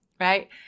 right